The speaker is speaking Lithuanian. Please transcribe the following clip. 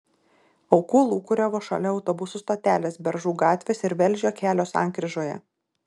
aukų lūkuriavo šalia autobusų stotelės beržų gatvės ir velžio kelio sankryžoje